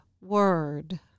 word